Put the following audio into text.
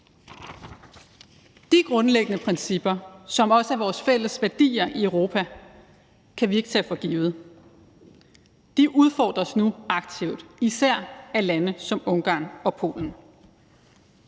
De grundlæggende principper, som også er vores fælles værdier i Europa, kan vi ikke tage for givet. De udfordres nu aktivt, især af lande som Ungarn og Polen.